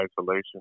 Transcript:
isolation